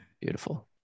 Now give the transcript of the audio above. Beautiful